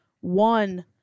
one